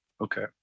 Okay